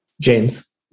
James